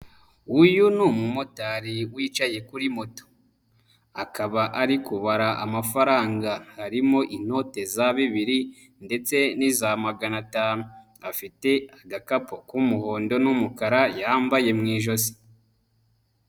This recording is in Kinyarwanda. Uyu ni umumotari wicaye kuri moto akaba ari kubara amafaranga harimo inote za bibiri ndetse n'iza magana atanu, afite agakapu k'umuhondo n'umukara yambaye mu ijosi.